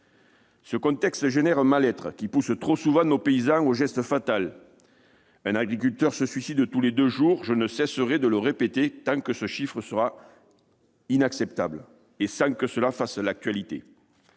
Ce contexte génère un mal-être qui pousse trop souvent nos paysans au geste fatal : un agriculteur se suicide tous les deux jours. Je ne cesserai de le répéter tant ce chiffre, qui ne fait pas l'actualité,